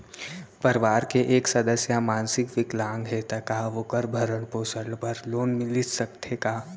परवार के एक सदस्य हा मानसिक विकलांग हे त का वोकर भरण पोषण बर लोन मिलिस सकथे का?